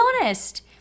honest